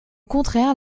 contraire